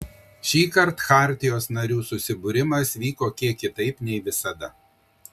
šįkart chartijos narių susibūrimas vyko kiek kitaip nei visada